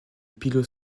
pivot